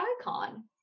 icon